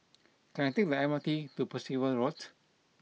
can I take the M R T to Percival Road